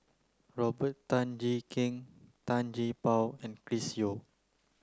Robert Tan Jee Keng Tan Gee Paw and Chris Yeo